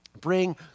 Bring